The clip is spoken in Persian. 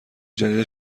جدید